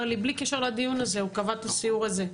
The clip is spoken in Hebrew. לי בלי קשר לדיון הזה הוא קבע את הסיור הזה.